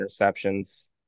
interceptions